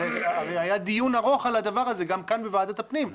היה דיון ארוך על הדבר הזה, גם כאן בוועדת הפנים.